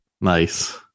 nice